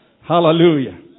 Hallelujah